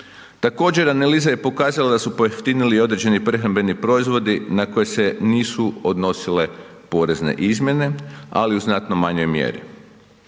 Također analiza je pokazala da su pojeftinili i određeni prehrambeni proizvodi na koje se nisu odnosile porezne izmjene, ali u znatno manjoj mjeri,